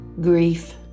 grief